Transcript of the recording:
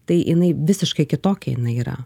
tai jinai visiškai kitokia jinai yra